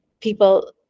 people